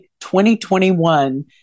2021